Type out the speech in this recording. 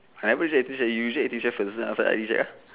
I never reject eighteen chef you reject eighteen chef first after I reject ah